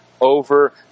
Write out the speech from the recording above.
over